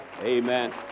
Amen